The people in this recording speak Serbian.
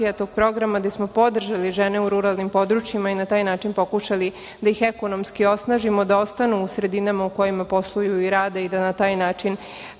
gde smo podržali žene u ruralnim područjima i na taj način pokušali da ih ekonomski osnažimo da ostanu u sredinama u kojima posluju i rade i da na taj način